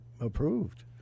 approved